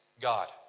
God